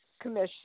commission